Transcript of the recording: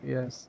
Yes